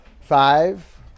Five